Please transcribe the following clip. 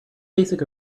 basic